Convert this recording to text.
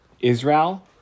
Israel